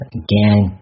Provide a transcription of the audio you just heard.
again